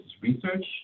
Research